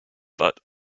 but